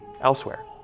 elsewhere